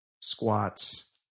squats